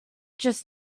just